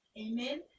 Amen